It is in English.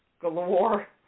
galore